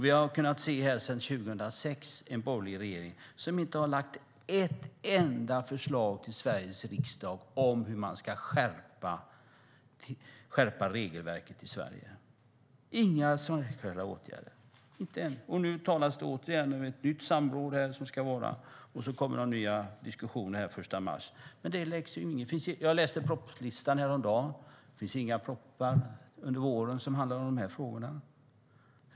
Sedan 2006 har den borgerliga regeringen inte lagt fram ett enda förslag till Sveriges riksdag om åtgärder för att skärpa regelverket i Sverige. Nu talas det återigen om ett nytt samråd. Nya diskussioner ska ske den 1 mars. Men det läggs inte fram några förslag. Jag läste propositionslistan häromdagen. Det finns inga propositioner under våren som handlar om de här frågorna.